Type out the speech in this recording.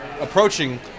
approaching